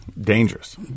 Dangerous